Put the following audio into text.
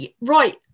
right